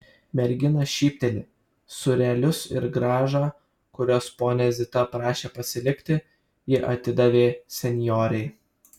mergina šypteli sūrelius ir grąžą kuriuos ponia zita prašė pasilikti ji atidavė senjorei